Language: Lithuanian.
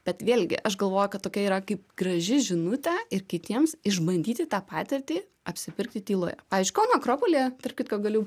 bet vėlgi aš galvoju kad tokia yra kaip graži žinutė ir kitiems išbandyti tą patirtį apsipirkti tyloje pavyzdžiui kauno akropolyje tarp kitko galiu